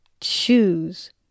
Choose